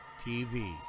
TV